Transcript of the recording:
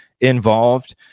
involved